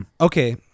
Okay